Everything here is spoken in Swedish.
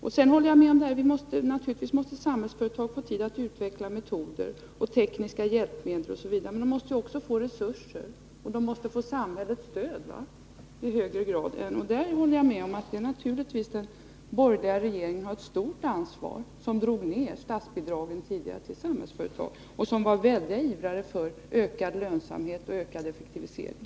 Jag håller med om att Samhällsföretag naturligtvis måste få tid att utveckla metoder, tekniska hjälpmedel osv., men de måste också få resurser och samhällsstöd i högre grad. Jag håller med om att den borgerliga regeringen naturligtvis har ett stort ansvar, eftersom den tidigare drog ned statsbidraget till Samhällsföretag och ivrade för ökad lönsamhet och ökad effektivisering.